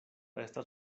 estas